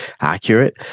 accurate